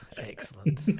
Excellent